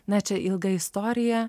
na čia ilga istorija